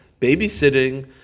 babysitting